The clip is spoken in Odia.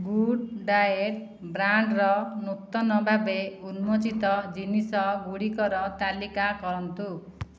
ଗୁଡ୍ ଡାଏଟ୍ ବ୍ରାଣ୍ଡ୍ର ନୂତନ ଭାବେ ଉନ୍ମୋଚିତ ଜିନିଷ ଗୁଡ଼ିକର ତାଲିକା କରନ୍ତୁ